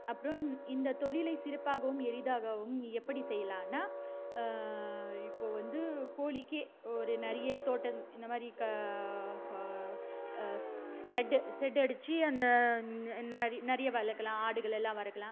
அப்புறம் இந்த தொழிலை சிறப்பாகவும் எளிதாகவும் எப்படி செய்யலாம்னால் இப்போது வந்து கோழிக்கு ஒரு நிறைய தோட்டம் இந்த மாதிரி க ஷெட் ஷெட்டு அடிச்சு அங்கே நிறைய வளர்க்கலாம் ஆடுகள் எல்லாம் வளர்க்கலாம்